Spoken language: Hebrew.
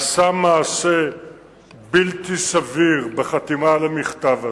הוא עשה מעשה בלתי סביר בחתימה על המכתב הזה.